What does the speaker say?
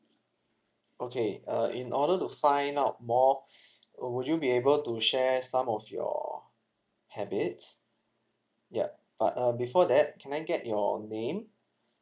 okay uh in order to find out more would you be able to share some of your habits yup but uh before that can I get your name